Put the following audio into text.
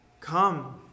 come